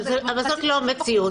אבל זאת לא המציאות,